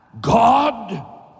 God